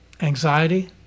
anxiety